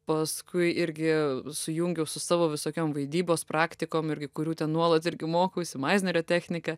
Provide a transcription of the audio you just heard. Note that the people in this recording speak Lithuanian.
paskui irgi sujungiau su savo visokiom vaidybos praktikom irgi kurių ten nuolat irgi mokausi mazerio technika